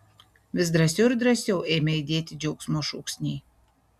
vis drąsiau ir drąsiau ėmė aidėti džiaugsmo šūksniai